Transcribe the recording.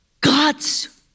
God's